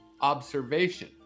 observation